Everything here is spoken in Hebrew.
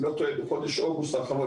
אם אני לא טועה בחודש אוגוסט האחרון,